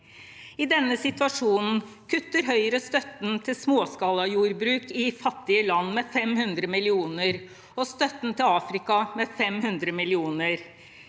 I denne situasjonen kutter Høyre støtten til småskalajordbruk i fattige land med 500 mill. kr og støtten til Afrika med 500 mill. kr.